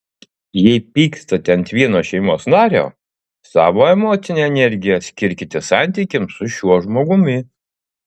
jei pykstate ant vieno šeimos nario savo emocinę energiją skirkite santykiams su šiuo žmogumi